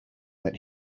that